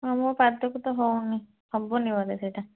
ହଁ ମୋ ପାଦକୁ ତ ହେଉନି ହବନି ବୋଧେ ସେଇଟା